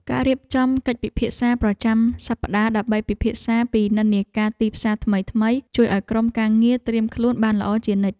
ការរៀបចំកិច្ចពិភាក្សាប្រចាំសប្តាហ៍ដើម្បីពិភាក្សាពីនិន្នាការទីផ្សារថ្មីៗ ជួយឱ្យក្រុមការងារត្រៀមខ្លួនបានល្អជានិច្ច។